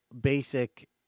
basic